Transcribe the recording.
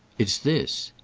it's this.